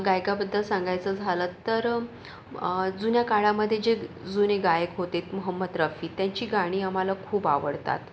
गायकाबद्दल सांगायचं झालं तर जुन्या काळामध्ये जे जुने गायक होते मोहोम्मद रफी त्यांची गाणी आम्हाला खूप आवडतात